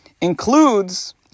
includes